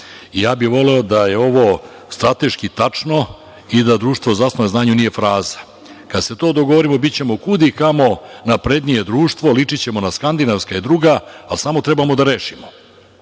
Ja bih voleo da je ovo strateški tačno i da društvo zasnovano na znanju nije fraza. Kad se to dogovorimo, bićemo kudikamo naprednije društvo, ličićemo na skandinavska i druga, ali samo trebamo da rešimo.